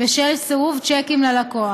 בשל סירוב שיקים ללקוח.